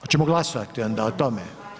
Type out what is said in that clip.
Hoćemo glasovati onda o tome?